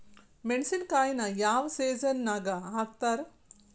ಮೆಣಸಿನಕಾಯಿನ ಯಾವ ಸೇಸನ್ ನಾಗ್ ಹಾಕ್ತಾರ?